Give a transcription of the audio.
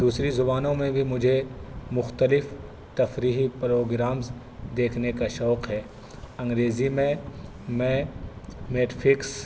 دوسری زبانوں میں بھی مجھے مختلف تفریحی پروگرامز دیکھنے کا شوق ہے انگریزی میں میں میٹفکس